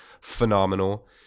phenomenal